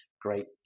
great